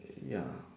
ya